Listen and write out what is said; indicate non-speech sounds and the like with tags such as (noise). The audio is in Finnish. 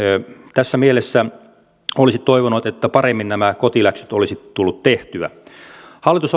tässä mielessä olisin toivonut että paremmin nämä kotiläksyt olisi tullut tehtyä hallitus (unintelligible)